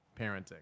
parenting